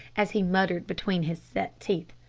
as he muttered between his set teeth,